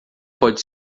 pode